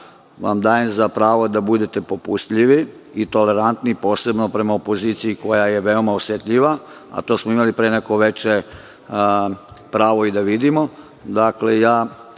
vam dajem za pravo da budete popustljivi i tolerantni, posebno prema opoziciji koja je veoma osetljiva, a to smo imali pre neko veče pravo i da vidimo,